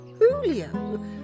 Julio